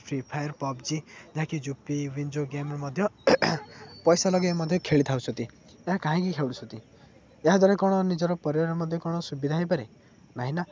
free fire PUBG ଯାହାକି Zupee Winzo ଗେମ୍ରେ ମଧ୍ୟ ପଇସା ଲଗେଇ ମଧ୍ୟ ଖେଳି ଥାଉଛନ୍ତି ଏହା କାହିଁକି ଖେଳୁଛନ୍ତି ଏହାଦ୍ୱାରା କ'ଣ ନିଜର ପରିବାରରେ ମଧ୍ୟ କ'ଣ ସୁବିଧା ହୋଇପାରେ ନାହିଁନା